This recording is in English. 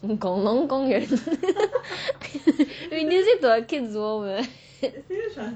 恐龙公园 amusing to the kids world man